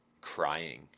crying